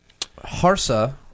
Harsa